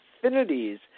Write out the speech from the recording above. affinities